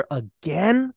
again